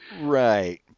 Right